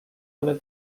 ale